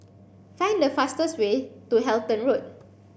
find the fastest way to Halton Road